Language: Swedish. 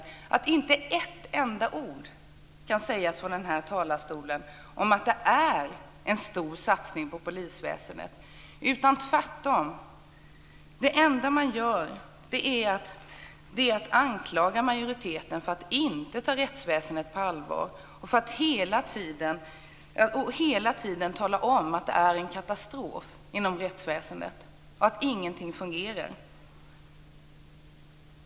Ändå kan inte ett enda ord sägas från denna talarstol om att det är en stor satsning på polisväsendet. Tvärtom: Det enda man gör är att anklaga majoriteten för att inte ta rättsväsendet på allvar och att hela tiden tala om hur katastrofalt det är inom rättsväsendet, att ingenting fungerar.